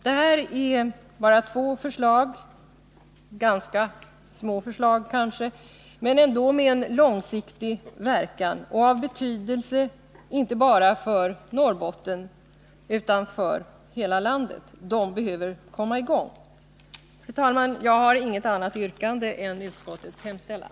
De här två förslagen kan synas handla om åtgärder av ganska liten omfattning, men de har ändå en långsiktig verkan och de är av betydelse inte bara för Norrbotten utan för hela landet, och projekten behöver komma i gång. Fru talman! Jag har inget annat yrkande än det som framställts i utskottets hemställan.